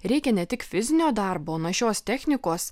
reikia ne tik fizinio darbo našios technikos